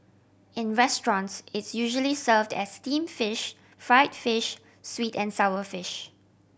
in restaurants it's usually served as steamed fish fried fish sweet and sour fish